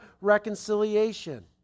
reconciliation